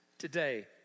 Today